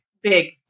Big